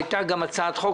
הייתה גם הצעת חוק,